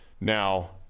now